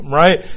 right